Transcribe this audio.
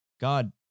God